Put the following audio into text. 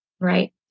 Right